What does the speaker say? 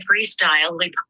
freestyle